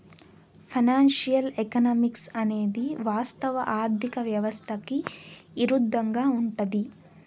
financial economics అనేది వాస్తవ ఆర్థిక వ్యవస్థకి ఇరుద్దంగా ఉంటది